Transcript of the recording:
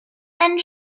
and